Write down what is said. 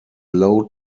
low